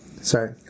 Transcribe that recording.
Sorry